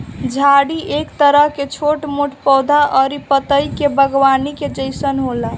झाड़ी एक तरह के छोट छोट पौधा अउरी पतई के बागवानी के जइसन होला